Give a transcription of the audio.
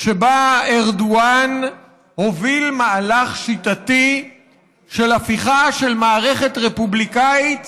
שבה ארדואן הוביל מהלך שיטתי של הפיכה של מערכת רפובליקנית